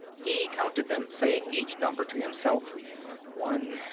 he counted them, saying each number to himself one,